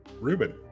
Ruben